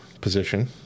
position